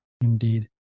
Indeed